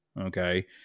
okay